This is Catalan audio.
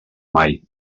mai